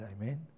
Amen